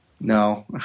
No